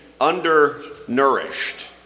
undernourished